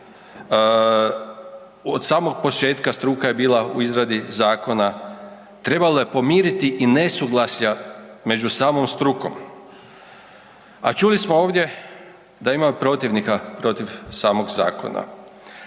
od samog početka struka je bila u izradi zakona, trebalo je pomiriti i nesuglasja među samom strukom. A čuli smo ovdje da ima i protivnika protiv samog zakona,